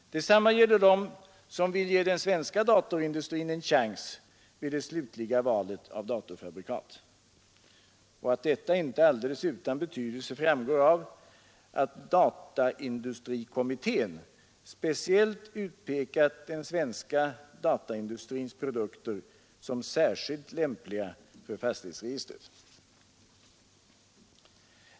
Detsamma gäller dem som vill ge den svenska datorindustrin en chans vid det slutliga valet av datorfabrikat. Och att detta inte är alldeles utan betydelse framgår av att dataindustrikommittén speciellt utpekat den svenska dataindustrins produkter som särskilt lämpliga för fastighetsregistret.